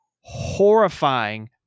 horrifying